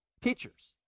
teachers